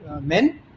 men